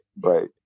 right